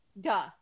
duh